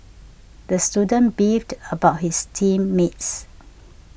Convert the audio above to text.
the student beefed about his team mates